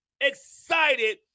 excited